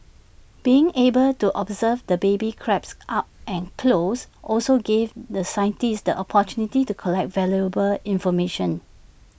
being able to observe the baby crabs up and close also gave the scientists the opportunity to collect valuable information